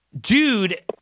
dude